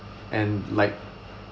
and like